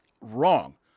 wrong